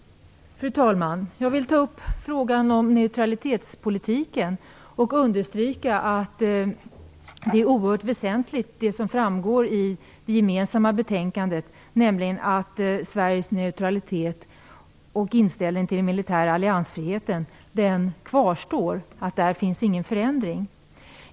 Fru talman! Sedan till frågan om neutralitetspolitiken. Jag understryker att det som framgår av det gemensamma betänkandet är oerhört väsentligt, nämligen att Sveriges neutralitet och inställning till den militära alliansfriheten kvarstår. Där finns ingen förändring.